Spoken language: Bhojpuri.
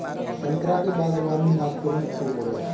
संतरा के बागवानी नागपुर में खूब होला